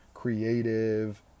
Creative